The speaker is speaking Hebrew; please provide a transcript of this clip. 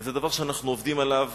וזה דבר שאנחנו עובדים עליו